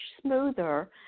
smoother